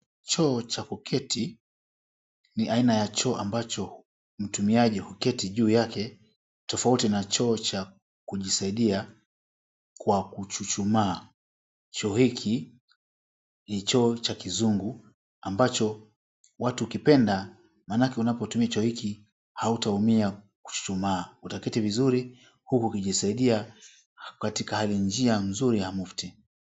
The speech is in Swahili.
Choo cha kuketi ni aina ya choo ambacho mtumiaji huketi juu yake, tofauti na choo cha kujisaidia kwa kuchuchumaa. Choo hiki ni choo cha kizungu ambacho watu hukipenda manake unapotumia choo hiki hautaumia kuchuchumaa, Utaketi vizuri huku ukijisaidia katika hali, njia mzuri ya mufti.